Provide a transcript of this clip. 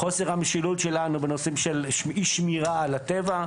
חוסר המשילות שלנו בנושאים של אי שמירה על הטבע,